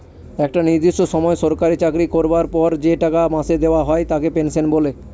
একটা নির্দিষ্ট সময় সরকারি চাকরি করবার পর যে টাকা মাসে দেওয়া হয় তাকে পেনশন বলে